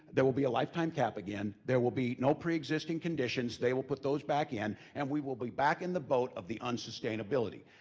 there will be a lifetime cap again, there will be no pre-existing conditions, they will put those back in, and we will be back in the boat of the unsustainability.